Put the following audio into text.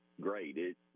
great